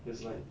it's like